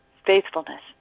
faithfulness